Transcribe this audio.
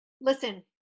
Listen